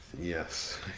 Yes